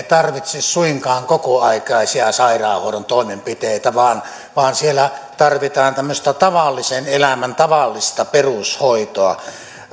tarvitse suinkaan kokoaikaisia sairaanhoidon toimenpiteitä vaan vaan siellä tarvitaan tämmöistä tavallisen elämän tavallista perushoitoa